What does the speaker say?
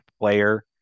player